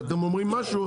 כשאתם אומרים משהו,